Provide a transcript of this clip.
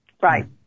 Right